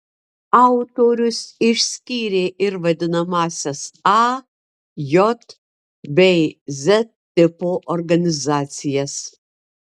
autorius išskyrė ir vadinamąsias a j bei z tipo organizacijas